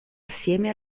assieme